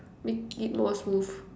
make it more smooth